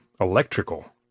electrical